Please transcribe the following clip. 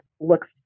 looks